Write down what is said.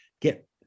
get